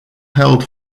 held